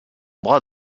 bras